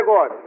God